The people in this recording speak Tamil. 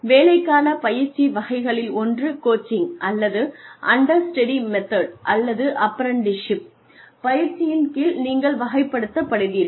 வேலைக்கான பயிற்சி வகைகளில் ஒன்று கோச்சிங் அல்லது அண்டர் ஸ்டடி முறை அல்லது அப்ரண்டிஸ்ஷிப் பயிற்சியின் கீழ் நீங்கள் வகைப்படுத்தப் படுவீர்கள்